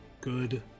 Good